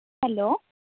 hello